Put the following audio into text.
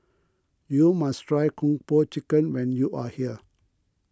you must try Kung Po Chicken when you are here